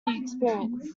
experience